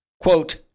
Quote